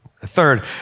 Third